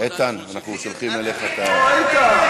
איתן, אנחנו שולחים אליך את, איתן,